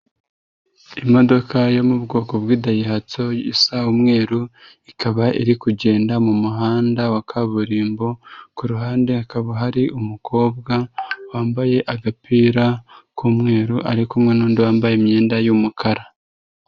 Imodoka yo mu bwoko bw'idayihatso isa umweru, ikaba iri kugenda mu muhanda wa kaburimbo ku ruhande hakaba hari umukobwa wambaye agapira k'umweru ari kumwe n'undi wambaye imyenda y'umukara.